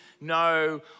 no